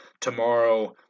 tomorrow